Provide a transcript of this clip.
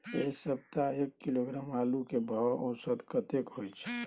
ऐ सप्ताह एक किलोग्राम आलू के भाव औसत कतेक होय छै?